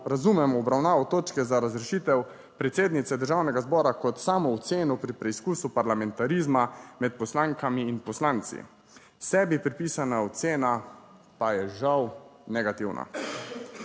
razumemo obravnavo točke za razrešitev predsednice Državnega zbora kot samo oceno pri preizkusu parlamentarizma med poslankami in poslanci. Sebi pripisana ocena pa je žal negativna.